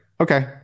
okay